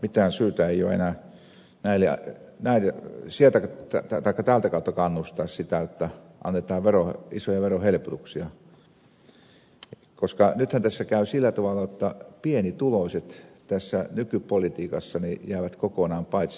mitään syytä ei ole enää neljä ja vähän siltä että tätäkö täältä kautta kannustaa sitä jotta annetaan isoja verohelpotuksia koska nythän tässä käy sillä tavalla jotta pienituloiset tässä nykypolitiikassa jäävät kokonaan paitsi